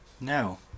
no